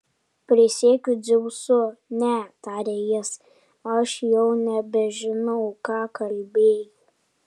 prisiekiu dzeusu ne tarė jis aš jau nebežinau ką kalbėjau